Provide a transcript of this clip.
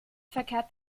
verkehrt